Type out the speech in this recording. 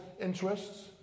interests